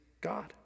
God